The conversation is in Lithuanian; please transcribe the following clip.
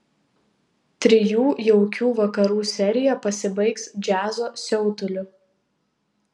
trijų jaukių vakarų serija pasibaigs džiazo siautuliu